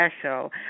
special